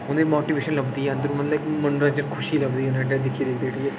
उ'नेंगी मोटीवेशन लभदी ऐ अंदरू मतलब इक मनोरंजन खुशी लभदी ऐ दिक्खियै